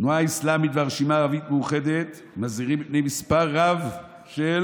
התנועה האסלמית והרשימה הערבית המאוחדת מזהירים מפני מספר רב של